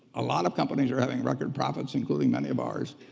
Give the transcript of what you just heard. a lot of companies are having record profits, including many of ours,